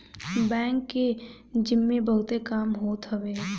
bank के जिम्मे बहुते काम होत हवे